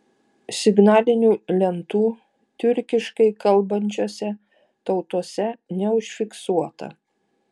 signalinių lentų tiurkiškai kalbančiose tautose neužfiksuota